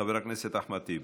חבר הכנסת אחמד טיבי.